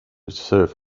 serve